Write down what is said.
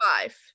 Five